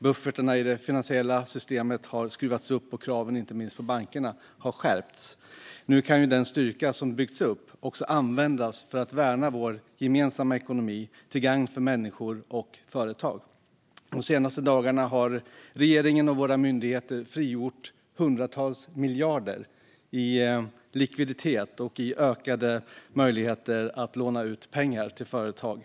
Buffertarna i det finansiella systemet har skruvats upp, och kraven på inte minst bankerna har skärpts. Nu kan den styrka som har byggts upp användas för att värna vår gemensamma ekonomi till gagn för människor och företag. De senaste dagarna har regeringen och våra myndigheter frigjort hundratals miljarder i likviditet och i ökade möjligheter att inte minst låna ut pengar till företag.